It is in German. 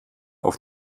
auf